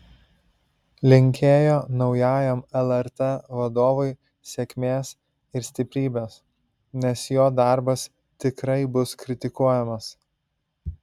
linkėjo naujajam lrt vadovui sėkmės ir stiprybės nes jo darbas tikrai bus kritikuojamas